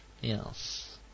Yes